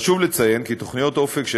חשוב לציין כי תוכניות אופק,